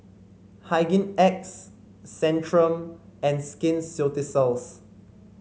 Hygin X Centrum and Skin Ceuticals